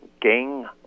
gang